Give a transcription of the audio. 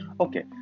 Okay